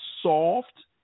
soft